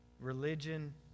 Religion